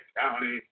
county